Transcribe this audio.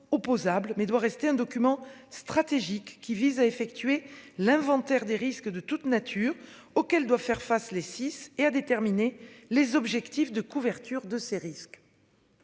mais doit rester un document stratégique qui vise à effectuer l'inventaire des risques de toute nature auxquelles doivent faire face les 6 et à déterminer les objectifs de couverture de ces risques.